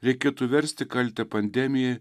reikėtų versti kaltę pandemijai